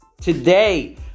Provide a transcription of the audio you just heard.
today